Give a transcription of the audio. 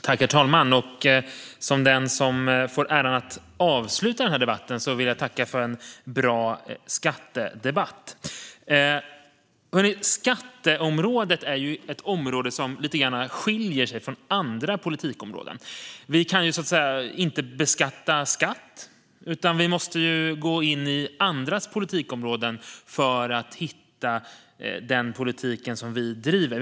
Herr talman! Som den som får äran att avsluta den här debatten vill jag tacka för en bra skattedebatt. Skatteområdet är ett område som lite grann skiljer sig från andra politikområden. Vi kan inte beskatta skatt, så att säga, utan vi måste gå in i andras politikområden för att hitta den politik vi driver.